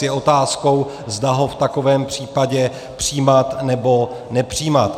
Je otázkou, zda ho v takovém případě přijímat, nebo nepřijímat.